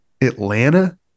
Atlanta